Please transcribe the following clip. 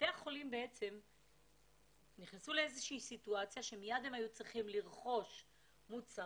בתי החולים נכנסו לסיטואציה שמיד הם היו צריכים לרכוש מוצרים,